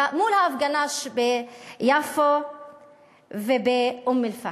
מול ההפגנה שביפו ובאום-אלפחם.